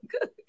good